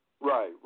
Right